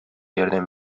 ярдәм